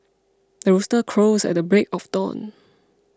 the rooster crows at the break of dawn